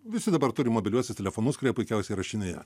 visi dabar turi mobiliuosius telefonus kurie puikiausiai įrašinėja